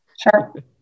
Sure